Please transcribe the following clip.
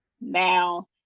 Now